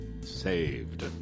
Saved